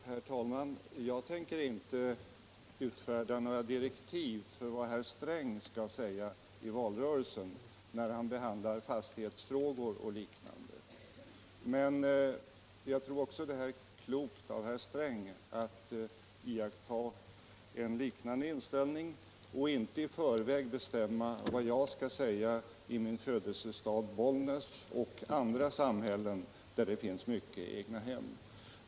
Herr talman! Jag tänker inte utfärda några direktiv för vad herr Sträng skall säga i valrörelsen när han behandlar fastighetsfrågor och liknande. Och jag tror att det vore klokt av herr Sträng att iaktta ett liknande förhållningssätt och inte dekretera vad jag skall säga i min födelsestad Bollnäs och andra samhällen där det finns mycket egnahem.